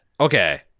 Okay